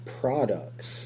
products